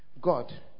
God